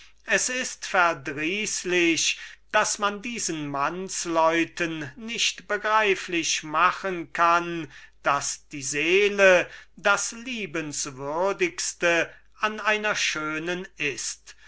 es ist verdrießlich daß man diesen mannsleuten nicht begreiflich machen kann daß die seele das liebenswürdigste an einem schönen frauenzimmer ist